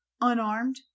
Unarmed